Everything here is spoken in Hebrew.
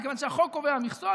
מפני שהחוק קובע מכסות,